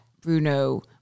bruno